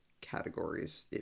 categories